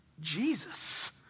Jesus